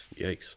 yikes